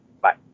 Bye